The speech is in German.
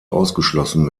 ausgeschlossen